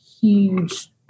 huge